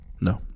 No